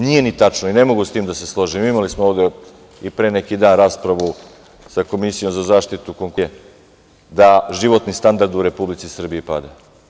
Nije ni tačno i ne mogu sa tim da se složim, imali smo ovde i pre neki dan raspravu sa Komisijom za zaštitu konkurencije, da životni standard u Republici Srbiji pada.